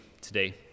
today